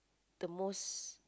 the most